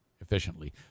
efficiently